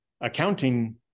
accounting